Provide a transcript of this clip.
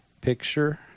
picture